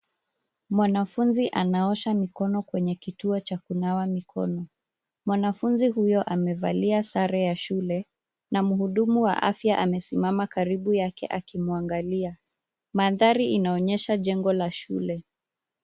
Mwanafunzi anaosha mikono kwenye kituo cha kunawa mikono. Mwanafunzi huyo amevalia sare ya shule na mhudumu wa afya amesimama karibu yake akimwangalia. Mandhari inaonyesha jengo la shule.